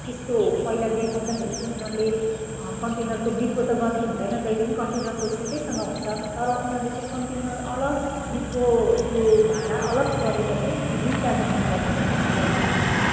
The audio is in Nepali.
त्यस्तो पहिला देखाउँदाखेरि चाहिँ उनीहरूले कन्टेनरको बिर्को त गन्ती हुँदैन जहिले पनि कन्टेनरको सेटैसँग हुन्छ तर उनीहरूले चाहिँ कन्टेनर अलग बिर्को त्यो भाँडा अलग गरेर चाहिँ दुईवटा गन्ती गरेर चाहिँ हामीलाई यसरी